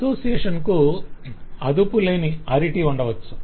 association కు అదుపులేని అరిటీ ఉండవచ్చు